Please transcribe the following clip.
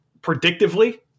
Predictively